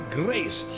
grace